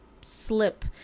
slip